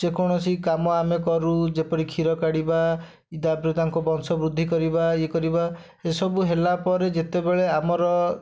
ଯେକୌଣସି କାମ ଆମେ କରୁ ଯେପରି କ୍ଷୀର କାଢ଼ିବା ତା'ପରେ ତାଙ୍କ ବଂଶବୃଦ୍ଧି କରିବା ଇଏ କରିବା ଏସବୁ ହେଲାପରେ ଯେତେବେଳେ ଆମର